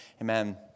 Amen